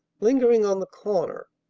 lingering on the corner,